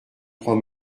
prends